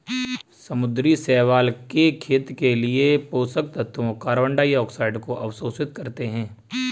समुद्री शैवाल के खेत के लिए पोषक तत्वों कार्बन डाइऑक्साइड को अवशोषित करते है